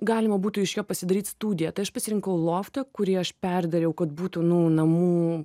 galima būtų iš jo pasidaryt studiją tai aš pasirinkau loftą kurį aš perdariau kad būtų nu namų